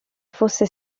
fosse